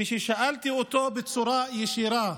וכששאלתי אותו בצורה ישירה: